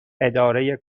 اداره